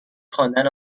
خواندن